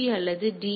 B அல்லது D